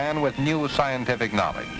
man with new scientific knowledge